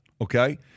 okay